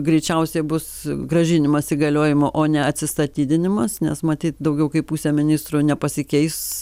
greičiausiai bus grąžinimas įgaliojimo o ne atsistatydinimas nes matyt daugiau kaip pusė ministrų nepasikeis